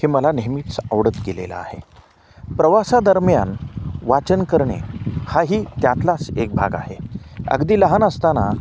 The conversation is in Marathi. हे मला नेहमीच आवडत गेलेलं आहे प्रवासादरम्यान वाचन करणे हा ही त्यातलाच एक भाग आहे अगदी लहान असताना